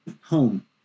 home